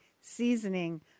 seasoning